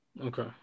Okay